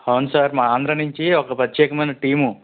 అవును సార్ మా ఆంధ్రా నుంచి ఒక ప్రత్యేకమైన టీము